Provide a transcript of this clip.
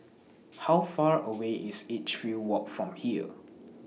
How Far away IS Edgefield Walk from here